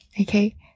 Okay